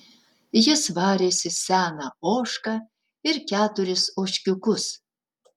jis varėsi seną ožką ir keturis ožkiukus